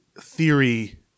theory